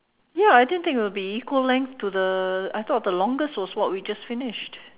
ya I didn't think it would be equal length to the I thought the longest was what we just finished